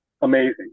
amazing